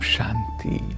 Shanti